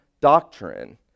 doctrine